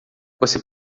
você